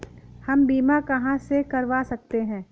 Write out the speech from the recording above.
हम बीमा कहां से करवा सकते हैं?